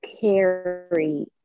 Carry